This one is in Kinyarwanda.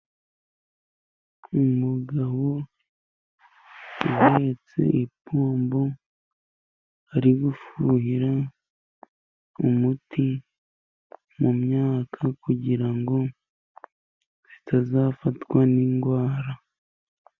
Umugabo yahetse ipombo, ari gufuhira umuti mu myaka, kugira ngo zitazafatwa n'indwara.